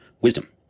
wisdom